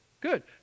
Good